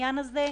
לחברות.